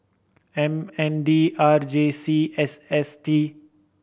M N D R J C S S T